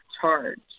charge